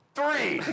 three